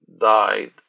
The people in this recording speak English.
died